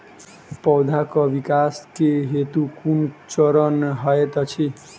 पौधाक विकास केँ केँ कुन चरण हएत अछि?